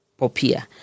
POPIA